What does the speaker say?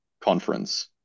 conference